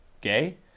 gay